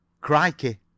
Crikey